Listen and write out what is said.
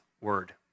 word